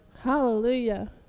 Hallelujah